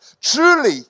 truly